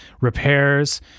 repairs